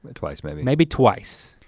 ah twice maybe. maybe twice.